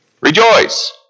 rejoice